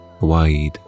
wide